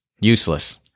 useless